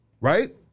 right